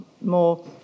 more